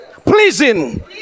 pleasing